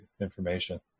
information